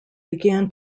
began